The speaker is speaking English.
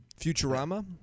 Futurama